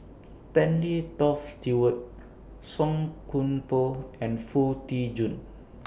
Stanley Toft Stewart Song Koon Poh and Foo Tee Jun